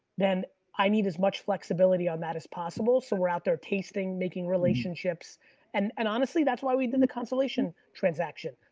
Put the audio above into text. then i need as much flexibility on that as possible so we're out there tasting, making relationships and and honestly, that's why we did the constellation transaction.